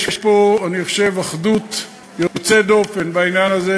אני חושב שיש פה אחדות יוצאת דופן בעניין הזה,